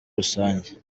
rusange